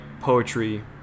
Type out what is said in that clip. poetry